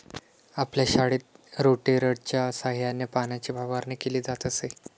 आपल्या शाळेत रोटेटरच्या सहाय्याने पाण्याची फवारणी केली जात असे